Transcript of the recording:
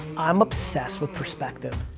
i'm obsessed with perspective.